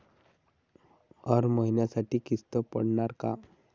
हर महिन्यासाठी किस्त पडनार का?